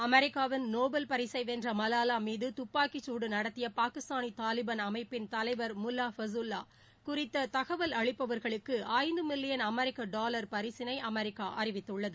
அமெரிக்காவின் நோபல் பரிசை வென்ற மலாலா மீது துப்பாக்கி குடு நடத்திய பாகிஸ்தானி தாலிபான் அமைப்பின் தலைவர் முல்லா ஃபஸூல்லா குறித்த தகவல் அளிப்பவர்களுக்கு ஐந்து மில்லியன் அமெரிக்க டாலர் பரிசினை அமெரிக்கா அறிவித்துள்ளது